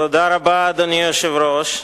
אדוני היושב-ראש,